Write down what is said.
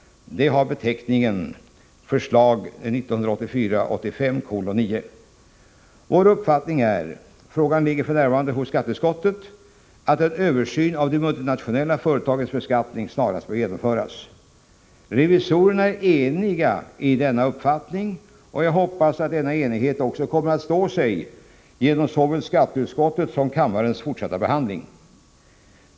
Det har beteckningen: Förslag 1984/ 85:9. Frågan ligger f. n. hos skatteutskottet. Vår uppfattning är att en översyn av de multinationella företagens beskattning snarast bör genomföras. Revisorerna är eniga i denna uppfattning, och jag hoppas att denna enighet kommer att stå sig genom såväl skatteutskottets som kammarens fortsatta behandling.